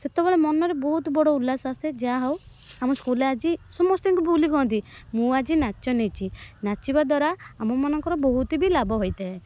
ସେତେବେଳେ ମନରେ ବହୁତ ବଡ଼ ଉଲ୍ଲାସ ଆସେ ଯାହା ହେଉ ଆମ ସ୍କୁଲ୍ରେ ଆଜି ସମସ୍ତିଙ୍କୁ ବୁଲି କହନ୍ତି ମୁଁ ଆଜି ନାଚ ନେଇଛି ନାଚିବା ଦ୍ୱାରା ଆମମାନଙ୍କର ବହୁତ ବି ଲାଭ ହୋଇଥାଏ